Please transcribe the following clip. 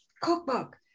cookbook